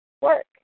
work